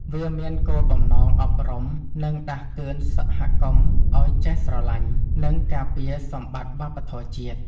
វាមានគោលបំណងអប់រំ និងដាស់តឿនសហគមន៍ឱ្យចេះស្រឡាញ់ និងការពារសម្បត្តិវប្បធម៌ជាតិ។